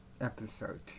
episode